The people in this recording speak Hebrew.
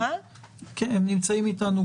אז בואו נסתכל רק על סעיף ב'.